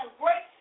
great